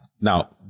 Now